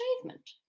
achievement